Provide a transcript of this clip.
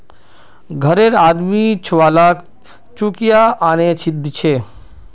घररे आदमी छुवालाक चुकिया आनेय दीछे